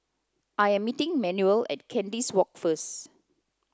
I am meeting Manuel at Kandis Walk first